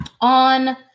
on